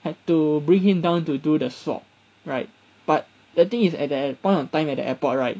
had to bring him down to do the swab right but the thing is at that point of time at the airport right